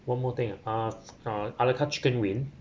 one more thing ah ah a la carte chicken wing